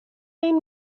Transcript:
این